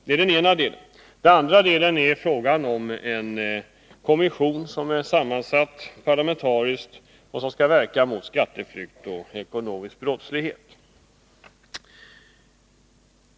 Den andra delen är frågan om en kommission, som är parlamentariskt sammansatt och som skall verka mot skatteflykt och ekonomisk brottslighet.